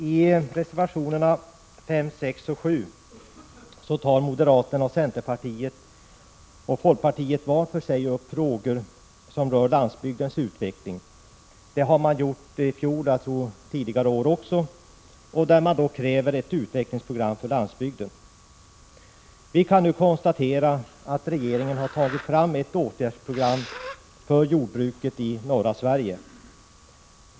I reservationerna 5, 6 och 7 tar moderaterna, centerpartiet och folkpartiet var för sig upp frågor som rör landsbygdens utveckling — de gjorde det även i fjol och tidigare år — och de kräver ett utvecklingsprogram för landsbygden. Vi kan nu konstatera att regeringen har tagit fram ett åtgärdsprogram för jordbruket i norra Sverige.